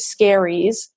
scaries